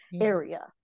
Area